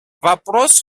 вопрос